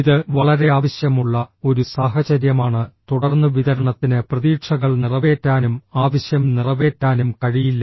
ഇത് വളരെ ആവശ്യമുള്ള ഒരു സാഹചര്യമാണ് തുടർന്ന് വിതരണത്തിന് പ്രതീക്ഷകൾ നിറവേറ്റാനും ആവശ്യം നിറവേറ്റാനും കഴിയില്ല